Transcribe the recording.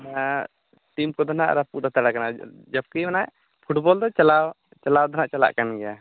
team ᱠᱚᱫᱚ ᱱᱟᱦᱟᱸᱜ ᱨᱟᱹᱯᱩᱫ ᱦᱟᱛᱟᱲ ᱟᱠᱟᱱᱟ ᱡᱟᱹᱥᱛᱤ ᱫᱚᱱᱟᱦᱟᱜ ᱯᱷᱩᱴᱵᱚᱱ ᱫᱚ ᱪᱟᱞᱟᱣ ᱪᱟᱞᱟᱣ ᱫᱚ ᱱᱟᱦᱟᱸᱜ ᱪᱟᱞᱟᱜ ᱠᱟᱱ ᱜᱮᱭᱟ